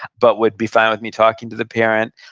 but would be fine with me talking to the parent.